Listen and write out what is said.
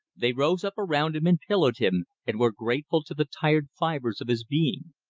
they rose up around him and pillowed him, and were grateful to the tired fibers of his being.